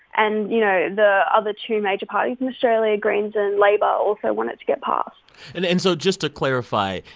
and, you know, the other two major parties in australia, greens and labor, also want it to get passed and and so just to clarify,